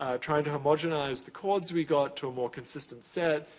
um trying to homogenize the chords we got to a more consistent set,